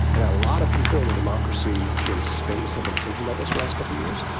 and a lot of people in the democracy sort of space have been thinking about this last couple of years.